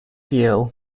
you